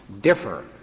differ